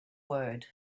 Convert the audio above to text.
word